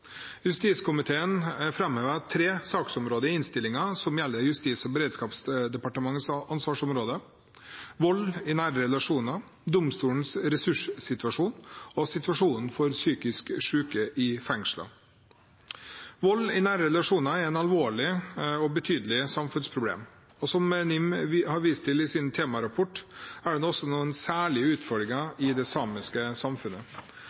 i innstillingen tre saksområder som gjelder Justis- og beredskapsdepartementets ansvarsområder – vold i nære relasjoner, domstolenes ressurssituasjon og situasjonen for psykisk syke i fengslene. Vold i nære relasjoner er et alvorlig og betydelig samfunnsproblem, og som NIM har vist til i sin temarapport, er det noen særlige utfordringer i det samiske samfunnet.